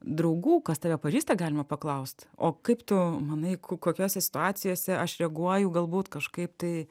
draugų kas tave pažįsta galima paklaust o kaip tu manai ku kokiose situacijose aš reaguoju galbūt kažkaip tai